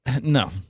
No